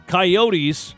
Coyotes